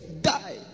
Die